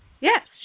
Yes